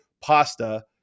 pasta